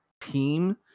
team